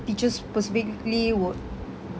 teachers specifically would